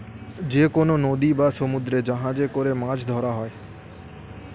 যেকনো নদী বা সমুদ্রে জাহাজে করে মাছ ধরা হয়